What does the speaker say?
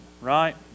right